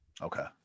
Okay